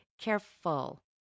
careful